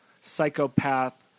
psychopath